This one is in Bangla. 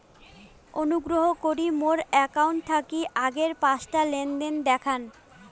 অনুগ্রহ করি মোর অ্যাকাউন্ট থাকি আগের পাঁচটা লেনদেন দেখান